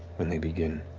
when they begin.